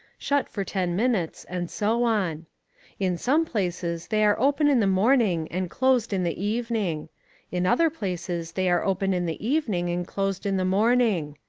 shut for ten minutes, and so on in some places they are open in the morning and closed in the evening in other places they are open in the evening and closed in the morning.